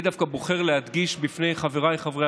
אני דווקא בוחר להדגיש בפני חבריי חברי